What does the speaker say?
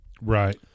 Right